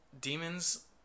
demons